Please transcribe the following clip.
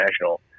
National